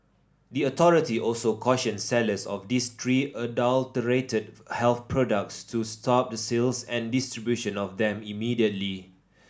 the authority also cautioned sellers of these three adulterated health products to stop the sales and distribution of them immediately